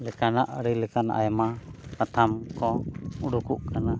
ᱞᱮᱠᱟᱱᱟᱜ ᱟᱹᱰᱤ ᱞᱮᱠᱟᱱ ᱟᱭᱢᱟ ᱥᱟᱛᱟᱢ ᱠᱚ ᱩᱰᱩᱠᱚᱜ ᱠᱟᱱᱟ